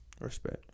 Respect